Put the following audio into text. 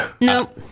no